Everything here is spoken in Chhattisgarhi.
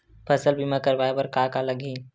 फसल बीमा करवाय बर का का लगही?